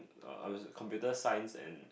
uh what was it computer science and